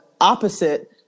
opposite